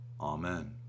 Amen